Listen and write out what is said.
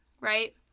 right